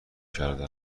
کرده